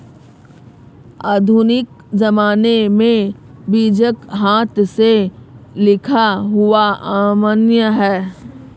आधुनिक ज़माने में बीजक हाथ से लिखा हुआ अमान्य है